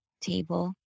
table